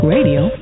Radio